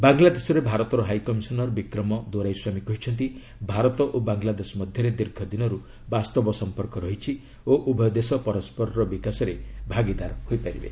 ବାଂଲାଦେଶରେ ଭାରତର high commissioner Vikram Doraiswami କହିଛନ୍ତି ଭାରତ ଓ ବାଂଲାଦେଶ ମଧ୍ୟରେ ଦୀର୍ଘଦିନର୍ ବାସ୍ତବ ସମ୍ପର୍କ ରହିଛି ଓ ଉଭୟ ଦେଶ ପରସ୍କରର ବିକାଶରେ ଭାଗିଦାର ହୋଇପାରିବେ